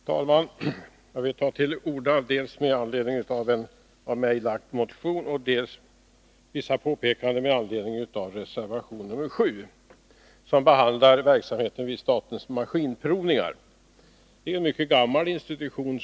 Herr talman! Jag vill ta till orda dels med anledning av en av mig väckt motion, dels med anledning av att jag vill göra vissa påpekanden beträffande reservation 7, som behandlar verksamheten vid statens maskinprovningar. Statens maskinprovningar är en mycket gammal institution.